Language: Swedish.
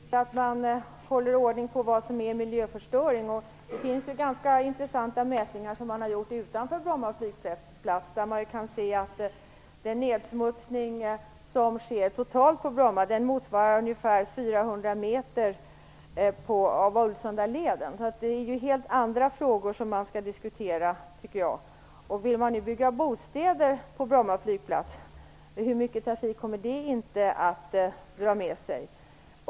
Herr talman! Jag tycker att det är väldigt viktigt att man håller ordning på vad som är miljöförstöring. Det finns ganska intressanta mätningar som har gjorts utanför Bromma flygplats, där man kan se att den totala nedsmutsningen från Bromma motsvarar nedsmutsningen från ca 400 meter av Ulvsundaleden. Det är alltså helt andra frågor som man skall diskutera, tycker jag. Man talar om att bygga bostäder vid Bromma flygplats. Hur mycket trafik kommer det inte att dra med sig?